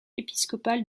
épiscopal